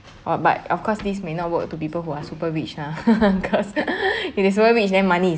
oh but of course this may not work to people who are super rich lah cause if they're super rich then money